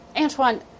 Antoine